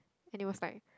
and it was like